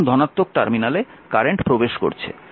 কারণ ধনাত্মক টার্মিনালে কারেন্ট প্রবেশ করছে